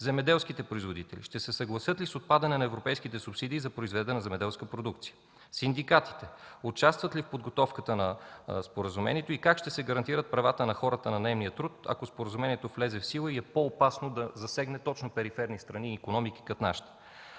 Земеделските производители – ще се съгласят ли с отпадане на европейските субсидии за произведена земеделска продукция? Синдикатите – участват ли в подготовката на споразумението и как ще се гарантират правата на хората на наемния труд, ако споразумението влезе в сила и е по-опасно да засегне точно периферни страни и икономики като нашата?